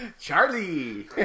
Charlie